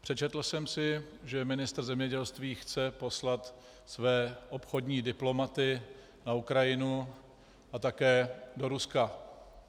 Přečetl jsem si, že ministr zemědělství chce poslat své obchodní diplomaty na Ukrajinu a také do Ruska.